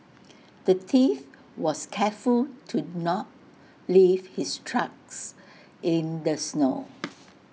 the thief was careful to not leave his tracks in the snow